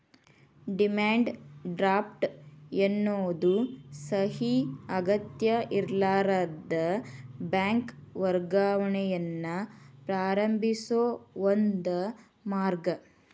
demand draft ಎನ್ನೋದು ಸಹಿ ಅಗತ್ಯಇರ್ಲಾರದ ಬ್ಯಾಂಕ್ ವರ್ಗಾವಣೆಯನ್ನ ಪ್ರಾರಂಭಿಸೋ ಒಂದ ಮಾರ್ಗ